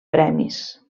premis